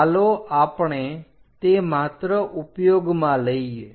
ચાલો આપણે તે માત્ર ઉપયોગમાં લઈએ